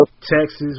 Texas